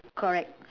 correct